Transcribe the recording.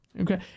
okay